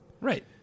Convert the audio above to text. Right